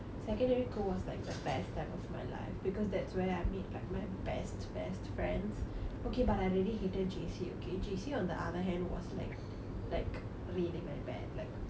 secondary school was like the best time of my life because that's where I made like my best best friends okay but I really hated J_C okay J_C on the other hand was like like really very bad like